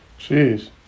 Jeez